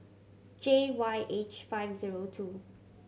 J Y H five zero two